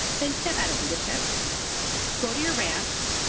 then step out of leadership go to your ranch